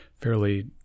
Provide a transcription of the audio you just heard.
fairly